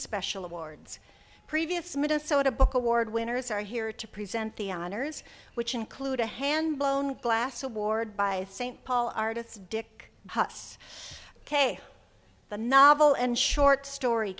special awards previous minnesota book award winners are here to present the honors which include a hand blown glass award by st paul artists dick us ok the novel and short story